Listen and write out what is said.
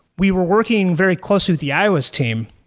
we were working very close to the ios team,